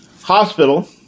hospital